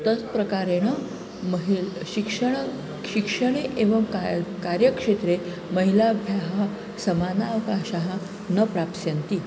तेन प्रकारेण महिलाः शिक्षणं शिक्षणे एवं कार्यं कार्यक्षेत्रे महिलाः समानावकाशान् न प्राप्स्यन्ति